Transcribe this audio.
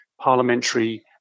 parliamentary